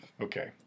Okay